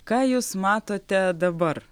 ką jūs matote dabar